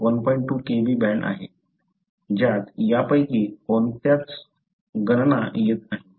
2 Kb band आहे ज्यात यापैकी कोणत्याच गणना येत नाही